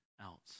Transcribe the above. else